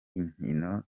inkino